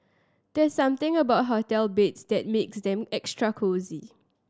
there's something about hotel beds that makes them extra cosy